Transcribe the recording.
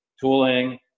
tooling